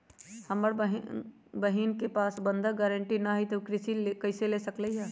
अगर हमर बहिन के पास बंधक गरान्टी न हई त उ कृषि ऋण कईसे ले सकलई ह?